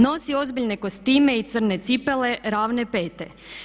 Nosi ozbiljne kostime i crne cipele, ravne pete.